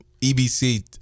EBC